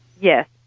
Yes